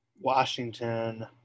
Washington